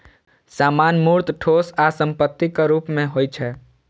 सामान मूर्त, ठोस आ संपत्तिक रूप मे होइ छै